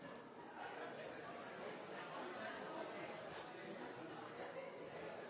President, jeg